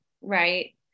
right